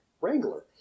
Wrangler